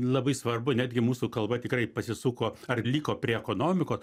labai svarbu netgi mūsų kalba tikrai pasisuko ar liko prie ekonomiko